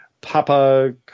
Papa